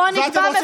שבו נקבע,